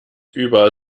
über